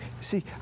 See